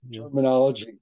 terminology